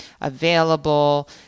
available